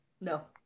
no